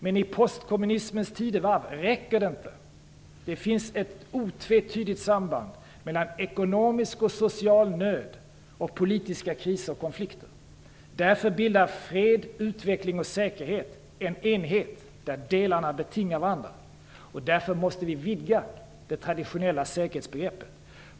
Men i postkommunismens tidevarv räcker den inte. Det finns ett otvetydigt samband mellan ekonomisk och social nöd och politiska kriser och konflikter. Därför bildar fred, utveckling och säkerhet en enhet, där delarna betingar varandra. Därför måste vi vidga det traditionella säkerhetsbegreppet.